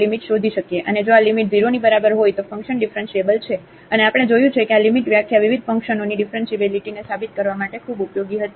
અને જો આ લિમિટ 0 ની બરાબર હોય તો ફંક્શન ડિફરન્ટિએબલ છે અને આપણે જોયું છે કે આ લિમિટ વ્યાખ્યા વિવિધ ફંક્શનોની ઙીફરન્શીએબીલીટીને સાબિત કરવા માટે ખૂબ ઉપયોગી હતી